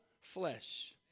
flesh